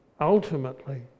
ultimately